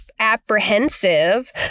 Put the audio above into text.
apprehensive